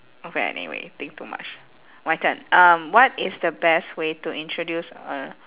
okay anyway think too much my turn um what is the best way to introduce a